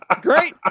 great